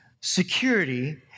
security